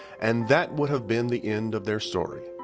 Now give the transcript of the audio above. and that would have been the end of their story.